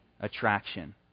attraction